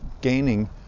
gaining